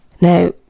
Now